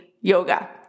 yoga